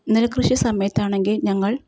നെൽകൃഷി സമയത്താണെങ്കിൽ ഞങ്ങൾ